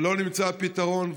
ולא נמצא פתרון.